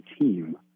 team